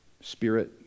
spirit